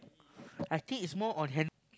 I think it's more on hand